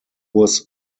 was